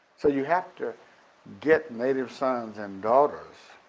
so you have to get native sons and daughters,